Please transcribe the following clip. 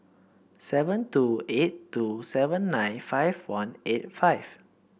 seven two eight two seven nine five one eight five